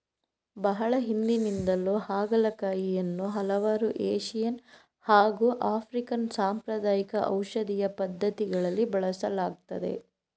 ಬಹಳ ಹಿಂದಿನಿಂದಲೂ ಹಾಗಲಕಾಯಿಯನ್ನು ಹಲವಾರು ಏಶಿಯನ್ ಹಾಗು ಆಫ್ರಿಕನ್ ಸಾಂಪ್ರದಾಯಿಕ ಔಷಧೀಯ ಪದ್ಧತಿಗಳಲ್ಲಿ ಬಳಸಲಾಗ್ತದೆ